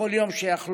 בכל יום שיחלוף.